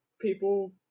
people